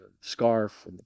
scarf